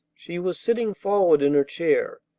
she was sitting forward in her chair,